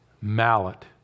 mallet